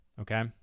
Okay